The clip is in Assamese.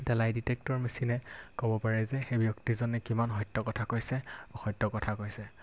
এটা লাই ডিটেক্টৰ মেচিনে ক'ব পাৰে যে সেই ব্যক্তিজনে কিমান সত্য কথা কৈছে অসত্য কথা কৈছে